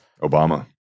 Obama